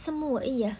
semua eh ya